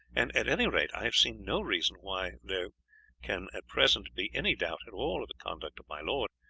and at any rate i have seen no reason why there can at present be any doubt at all of the conduct of my lord,